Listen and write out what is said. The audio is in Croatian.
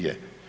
Je.